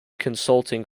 consulting